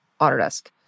Autodesk